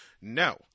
No